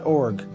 .org